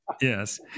Yes